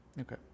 okay